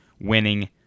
winning